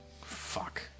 Fuck